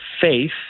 faith